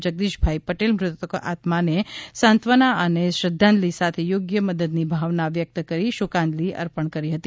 જગદીશાઈ પટેલ મૃતકોના આત્માને સાંત્વના અને શ્રધાંજલિ સાથે યોગ્ય મદદની ભાવના વ્યક્ત કરી શોકંજલી અર્પણ કરી હતી